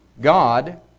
God